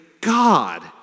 God